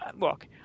look